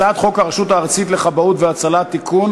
הצעת חוק הרשות הארצית לכבאות והצלה (תיקון,